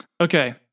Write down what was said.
Okay